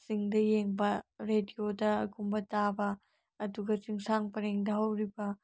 ꯁꯤꯡꯗ ꯌꯦꯡꯕ ꯔꯦꯗꯤꯑꯣꯗꯒꯨꯝꯕ ꯇꯥꯕ ꯑꯗꯨꯒ ꯆꯤꯡꯁꯥꯡ ꯄꯔꯦꯡꯗ ꯍꯧꯔꯤꯕ